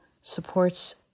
supports